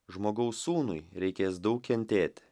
žmogaus sūnui reikės daug kentėti